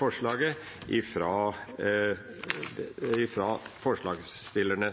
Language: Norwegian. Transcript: forslaget fra forslagsstillerne.